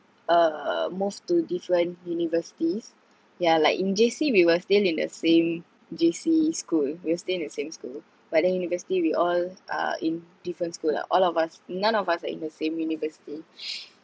uh move to different universities yeah like in J_C we were still in the same J_C school we were still in the same school but then university we all uh in different school ah all of us none of us are in the same university